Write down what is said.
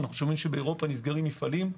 אנו שומעים שבאירופה נסגרים מפעלים.